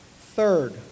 Third